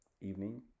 evening